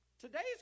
today's